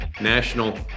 National